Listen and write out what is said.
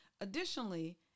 additionally